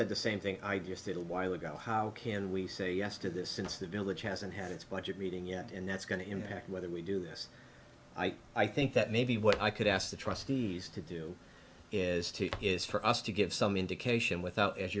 said the same thing ideas did a while ago how can we say yes to this since the village hasn't had its budget reading yet and that's going to impact whether we do this i think that maybe what i could ask the trustees to do is to is for us to give some indication without as